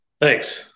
Thanks